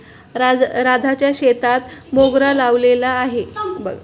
राधाच्या शेतात मोगरा लावलेला आहे